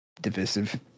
divisive